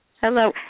Hello